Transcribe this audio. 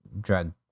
drug